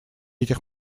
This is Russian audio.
этих